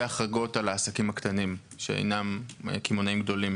החרגות על העסקים הקטנים שאינם קמעונאים גדולים